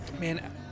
man